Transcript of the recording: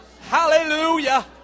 Hallelujah